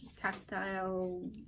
tactile